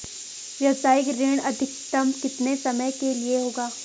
व्यावसायिक ऋण अधिकतम कितने समय के लिए होगा?